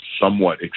somewhat